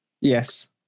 yes